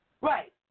Right